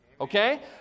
okay